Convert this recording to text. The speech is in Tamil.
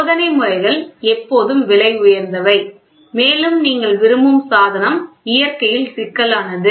சோதனை முறைகள் எப்போதும் விலை உயர்ந்தவை மேலும் நீங்கள் விரும்பும் சாதனம் இயற்கையில் சிக்கலானது